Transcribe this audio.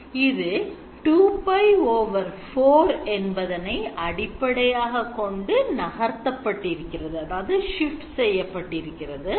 இது 2π 4 என்பதனை அடிப்படையாகக் கொண்டு நகர்த்தப்பட்டிருக்கிறது